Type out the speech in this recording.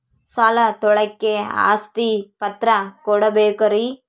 ಸಾಲ ತೋಳಕ್ಕೆ ಆಸ್ತಿ ಪತ್ರ ಕೊಡಬೇಕರಿ?